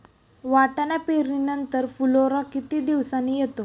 वाटाणा पेरणी नंतर फुलोरा किती दिवसांनी येतो?